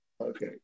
Okay